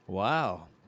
Wow